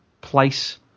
place